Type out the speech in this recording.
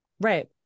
Right